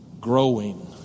growing